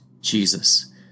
Jesus